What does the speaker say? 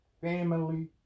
family